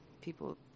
people